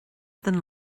den